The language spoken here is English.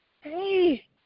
hey